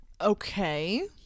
Okay